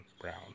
brown